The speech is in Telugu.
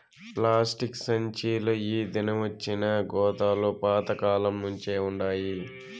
ప్లాస్టిక్ సంచీలు ఈ దినమొచ్చినా గోతాలు పాత కాలంనుంచే వుండాయి